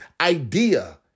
idea